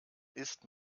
ist